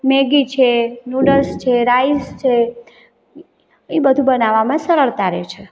Maggi છે noodles છે rice છે એ બધું બનાવવામાં સરળતા રહે છે